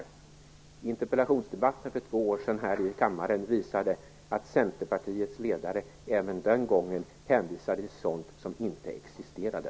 I interpellationsdebatten för två år sedan här i kammaren visade det sig att Centerpartiets ledare även den gången hänvisade till sådant som inte existerade.